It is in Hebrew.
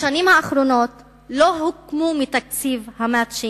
בשנים האחרונות לא הוקמו מתקציב ה"מצ'ינג",